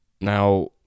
now